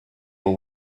will